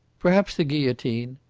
perhaps the guillotine.